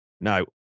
Now